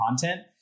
content